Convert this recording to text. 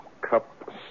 cup